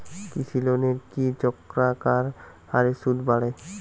কৃষি লোনের কি চক্রাকার হারে সুদ বাড়ে?